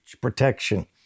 protection